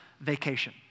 vacation